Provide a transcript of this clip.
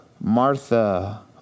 Martha